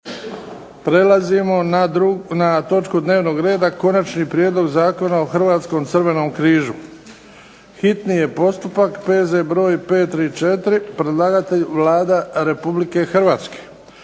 Prelazimo na točku dnevnog reda Konačni prijedlog Zakona o Hrvatskom crvenom križu, hitni postupak, prvo i drugo čitanje, P.Z. br. 534, predlagatelj Vlada Republike Hrvatske.